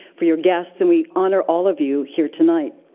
for your guests, and we honor all of you here tonight.